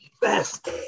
best